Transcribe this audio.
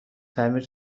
تعمیر